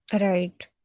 Right